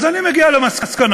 אז אני מגיע למסקנה,